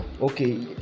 Okay